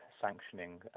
sanctioning